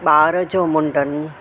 ॿार जो मुंडन